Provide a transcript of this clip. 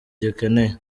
gikeneye